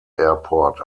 airport